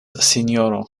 sinjoro